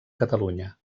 catalunya